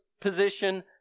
position